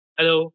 Hello